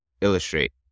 illustrate